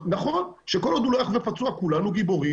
נכון שכל עוד הוא לא יחווה פצוע כולנו גיבורים